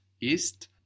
ist